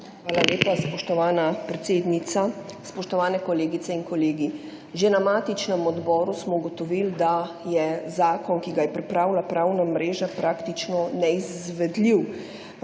Hvala lepa, spoštovana predsednica. Spoštovane kolegice in kolegi! Že na matičnem Odboru smo ugotovili, da je zakon, ki ga je pripravila Pravna mreža, praktično neizvedljiv,